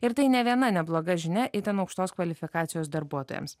ir tai ne viena nebloga žinia itin aukštos kvalifikacijos darbuotojams